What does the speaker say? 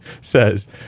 says